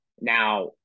Now